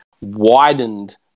widened